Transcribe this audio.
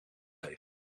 leeg